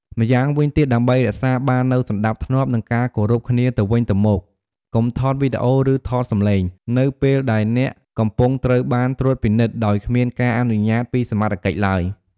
ម៉្យាងវិញទៀតដើម្បីរក្សាបាននូវសណ្តាប់ធ្នាប់ និងការគោរពគ្នាទៅវិញទៅមក កុំថតវីដេអូ ឬថតសំឡេង នៅពេលដែលអ្នកកំពុងត្រូវបានត្រួតពិនិត្យ ដោយគ្មានការអនុញ្ញាត ពីសមត្ថកិច្ចឡើយ។